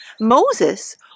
Moses